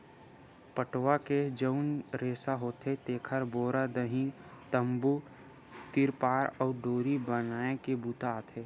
पटवा के जउन रेसा होथे तेखर बोरा, दरी, तम्बू, तिरपार अउ डोरी बनाए के बूता आथे